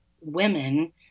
women